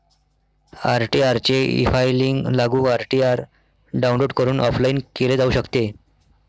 ITR चे efiling लागू ITR download करून ऑफलाइन केले जाऊ शकते